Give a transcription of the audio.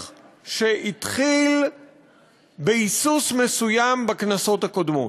שהתחיל בהיסוס מסוים בכנסות הקודמות.